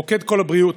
מוקד קול הבריאות,